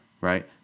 Right